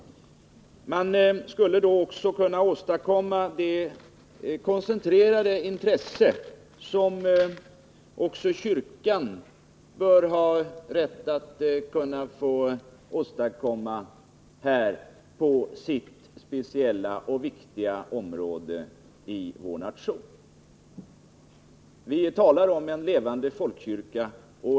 Man skulle då också kunna åstadkomma det koncentrerade intresse som även kyrkan på detta speciella och viktiga område bör kunna få tilldra sig i vår nation. Vi talar om en levande folkkyrka.